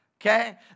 Okay